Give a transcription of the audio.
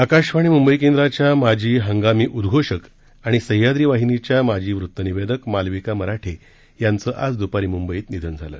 आकाशवाणीच्या मुंबई केंद्राच्या माजी हंगामी उद्घोषक आणि सहयाद्री वाहिनीच्या माजी वृतनिवेदिका मालविका मराठे यांचं आज द्पारी मुंबईत निधन झालं